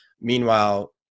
Meanwhile